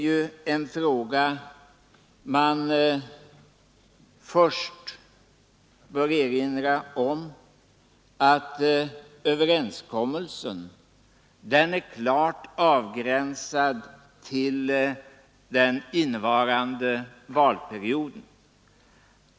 Man bör först erinra om att överenskommelsen är klart avgränsad till innevarande valperiod.